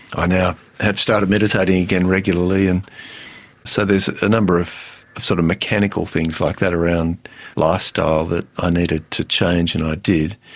i now have started meditating again regularly. and so there's a number of sort of mechanical things like that around lifestyle that i needed to change, and i did.